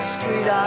Street